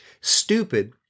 stupid